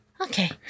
Okay